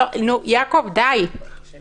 יעקב, באמת די.